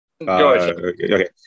Okay